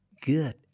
good